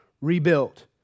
rebuilt